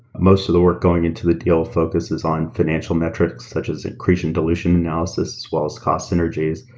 most of the work going into the deal focuses on financial metrics such as accretion dilution analysis as well as cost synergies.